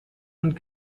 und